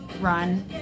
run